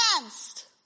danced